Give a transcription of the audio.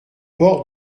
port